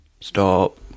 stop